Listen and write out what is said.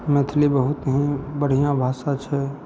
मैथिली बहुत ही बढ़िऑं भाषा छै